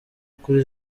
kuri